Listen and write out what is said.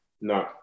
No